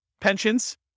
Pensions